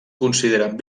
consideren